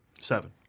Seven